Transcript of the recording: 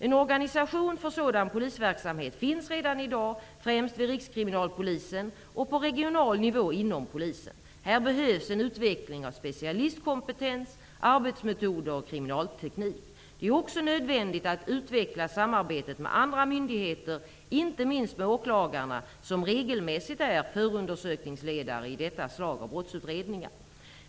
En organisation för sådan polisverksamhet finns redan i dag, främst vid Rikskriminalpolisen och på regional nivå inom polisen. Här behövs en utveckling av specialistkompetens, arbetsmetoder och kriminalteknik. Det är också nödvändigt att utveckla samarbetet med andra myndigheter, inte minst med åklagarna, som regelmässigt är förundersökningsledare i detta slag av brottsutredningar.